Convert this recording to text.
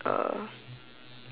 uh